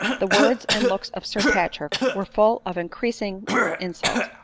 the words and looks of sir patrick were full of increasing insult.